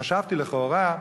חשבתי, לכאורה,